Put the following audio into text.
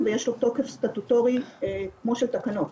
ותקבלו את ההתייחסות בהקדם.